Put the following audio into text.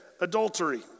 adultery